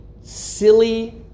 silly